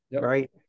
right